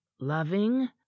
loving